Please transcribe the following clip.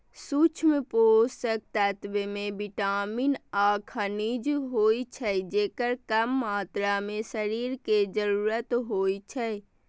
सूक्ष्म पोषक तत्व मे विटामिन आ खनिज होइ छै, जेकर कम मात्रा मे शरीर कें जरूरत होइ छै